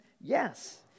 Yes